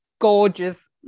Gorgeous